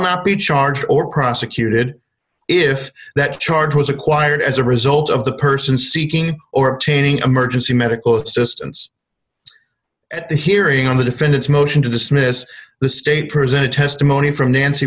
not be charged or prosecuted if that charge was acquired as a result of the person seeking or obtaining a mergence the medical assistance at the hearing on the defendant's motion to dismiss the state presented testimony from nancy